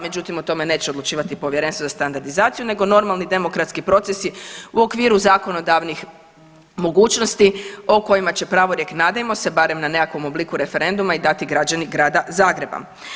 Međutim o tome neće odlučivati Povjerenstvo za standardizaciju nego normalni demokratski procesi u okviru zakonodavnih mogućnosti o kojima će pravorijek, nadajmo se, barem na nekakvom obliku referendum i dati građani Grada Zagreba.